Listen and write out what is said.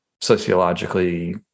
sociologically